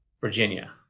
Virginia